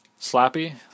Slappy